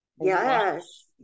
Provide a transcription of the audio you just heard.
Yes